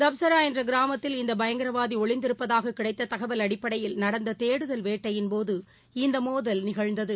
தப்சராஎன்றகிராமத்தில் இந்தபயங்கரவாதிஒளிந்திருப்பதாகக் கிடைத்ததகவல் அடப்படையில் நடந்ததேடுதல் வேட்டையின்போது இந்தமோதல் நிகழ்ந்தது